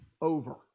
over